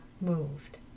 moved